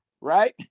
Right